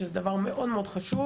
שזה דבר מאוד חשוב